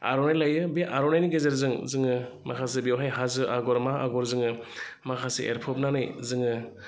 आर'नाइ लायो बे आर'नाइनि गेजेरजों जोङो माखासे बेवहाय हाजो आगर मा आगर जोङो माखासे एरफबनानै जोङो